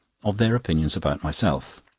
of their opinions about myself.